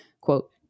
quote